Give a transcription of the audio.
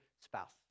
spouse